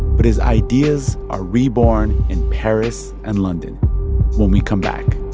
but his ideas are reborn in paris and london when we come back